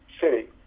city